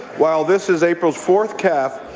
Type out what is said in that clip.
while this is april's fourth calf,